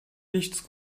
nichts